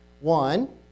One